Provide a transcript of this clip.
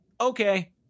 okay